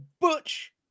Butch